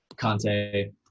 Conte